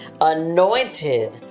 anointed